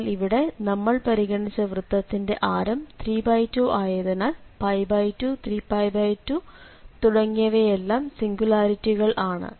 എന്നാലിവിടെ നമ്മൾ പരിഗണിച്ച വൃത്തത്തിന്റെ ആരം 32 ആയതിനാൽ 2 3π2 തുടങ്ങിയവയെല്ലാം സിംഗുലാരിറ്റികൾ ആണ്